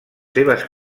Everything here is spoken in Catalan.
seves